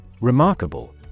Remarkable